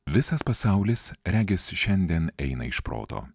visas pasaulis regis šiandien eina iš proto